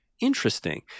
Interesting